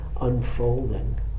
unfolding